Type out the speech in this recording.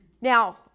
Now